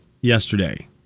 yesterday